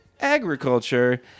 agriculture